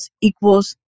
equals